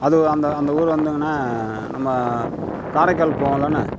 அது அந்த அந்த ஊர் வந்துங்கண்ணா நம்ம காரைக்கால் போவோலண்ணா